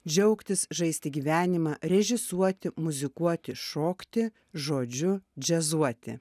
džiaugtis žaisti gyvenimą režisuoti muzikuoti šokti žodžiu džiazuoti